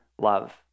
love